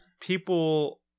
people